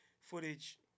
footage